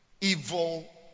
evil